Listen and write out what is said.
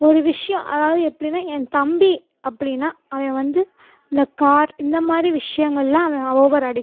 ஒரு விஷயம் அதாவது எப்படின்னா என் தம்பி அப்படினால் அவன் வந்து இந்த கார் இந்த மாதிரி விஷயங்களெலாம் அவன் ஓவர் அடிக்ட்